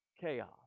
chaos